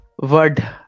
word